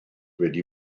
wedi